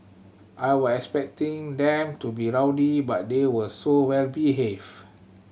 I was expecting them to be rowdy but they were so well behaved